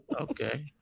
Okay